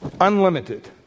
unlimited